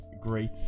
great